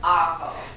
awful